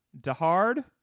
DeHard